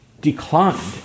declined